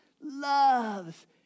Loves